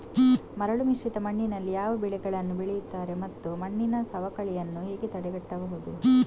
ಮರಳುಮಿಶ್ರಿತ ಮಣ್ಣಿನಲ್ಲಿ ಯಾವ ಬೆಳೆಗಳನ್ನು ಬೆಳೆಯುತ್ತಾರೆ ಮತ್ತು ಮಣ್ಣಿನ ಸವಕಳಿಯನ್ನು ಹೇಗೆ ತಡೆಗಟ್ಟಬಹುದು?